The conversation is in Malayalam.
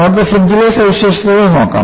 നമുക്ക് ഫ്രിഞ്ച്ലെ സവിശേഷതകൾ നോക്കാം